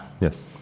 Yes